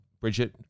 Bridget